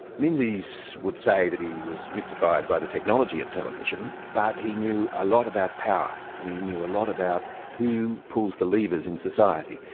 menzies would say that he was mystified by the technology at television, but he knew a lot about power, and he knew a lot about who pulls the levers in society.